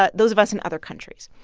but those of us in other countries.